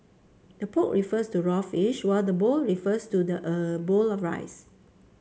the poke refers to raw fish while the bowl refers to the er bowl of rice